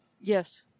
Yes